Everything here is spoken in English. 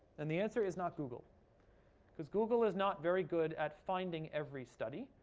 and the answer is not google because google is not very good at finding every study.